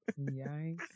yikes